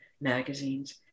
magazines